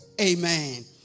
Amen